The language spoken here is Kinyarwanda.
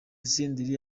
senderi